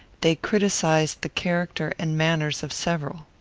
they criticized the character and manners of several.